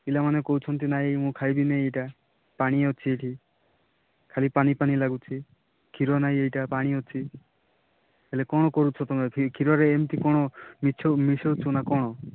ପିଲାମାନେ କହୁଛନ୍ତି ନାଇଁ ମୁଁ ଖାଇବିନି ଏଇଟା ପାଣି ଅଛି ଏଠି ଖାଲି ପାଣି ପାଣି ଲାଗୁଛି କ୍ଷୀର ନାଇଁ ଏଇଟା ପାଣି ଅଛି ହେଲେ କ'ଣ କହୁଛ ତମେ କ୍ଷୀରରେ ଏମିତି କ'ଣ ମିଛଉ ମିଶାଉଛ ନା କ'ଣ